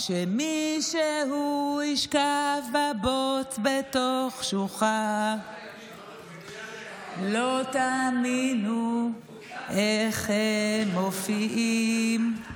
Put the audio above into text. שמישהו ישכב בבוץ בתוך שוחה / לא תאמינו איך הם מופיעים /